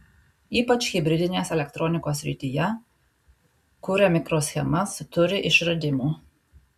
ypač hibridinės elektronikos srityje kuria mikroschemas turi išradimų